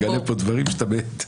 אתה מגלה פה דברים שאתה מת.